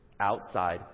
outside